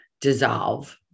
dissolve